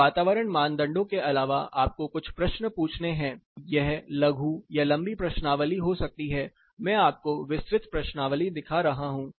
इन वातावरण मानदंडों के अलावा आप कुछ प्रश्न पूछने हैं यह लघु या लंबी प्रश्नावली हो सकती है मैं आपको विस्तृत प्रश्नावली दिखा रहा हूं